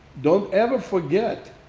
don't ever forget